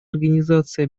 организации